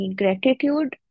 gratitude